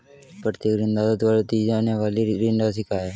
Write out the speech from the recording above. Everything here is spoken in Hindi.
प्रत्येक ऋणदाता द्वारा दी जाने वाली ऋण राशि क्या है?